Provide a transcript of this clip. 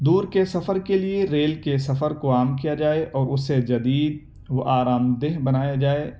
دور کے سفر کے لیے ریل کے سفر کو عام کیا جائے اور اس سے جدید و آرام دہ بنایا جائے